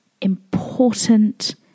important